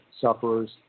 sufferers